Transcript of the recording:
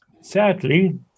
Sadly